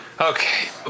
Okay